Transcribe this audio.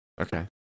Okay